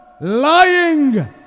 Lying